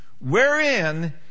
wherein